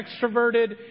extroverted